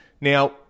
Now